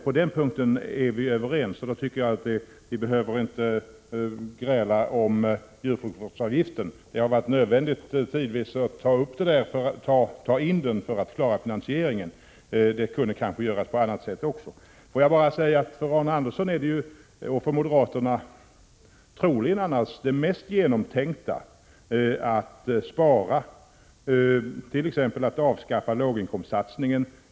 På den punkten är centerpartiet och moderaterna överens, och då behöver vi inte gräla om djursjukvårdsavgiften. Det har tidvis varit nödvändigt att ta in den för att klara finansieringen — även om det kanske kunde göras på annat sätt. För Arne Andersson och moderaterna är troligen annars det mest genomtänkta att spara, t.ex. genom att avskaffa låginkomstsatsningen.